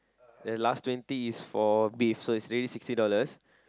then last twenty is for beef so is already sixty dollars